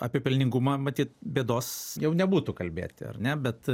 apie pelningumą matyt bėdos jau nebūtų kalbėti ar ne bet